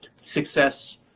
success